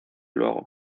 luego